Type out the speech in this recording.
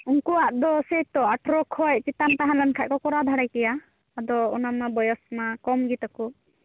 ᱩᱱᱠᱩᱣᱟᱜ ᱫᱚ ᱥᱮᱭᱛᱚ ᱟᱴᱷᱮᱨᱚ ᱠᱷᱚᱡ ᱪᱮᱛᱟᱱ ᱛᱟᱦᱮᱸ ᱞᱮᱱᱠᱷᱟᱡ ᱠᱚ ᱠᱚᱨᱟᱣ ᱫᱟᱲᱮ ᱠᱮᱭᱟ ᱟᱫᱚ ᱚᱱᱟ ᱢᱟ ᱵᱚᱭᱚᱥ ᱢᱟ ᱠᱚᱢ ᱜᱮᱛᱟ ᱠᱚ